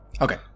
okay